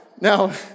now